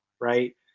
right